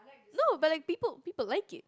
no but like people people like it